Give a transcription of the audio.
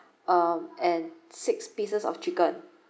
um and six pieces of chicken